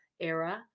era